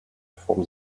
from